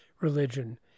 religion